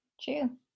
true